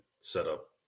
setup